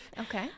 okay